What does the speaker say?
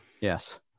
Yes